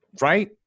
Right